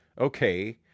okay